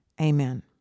Amen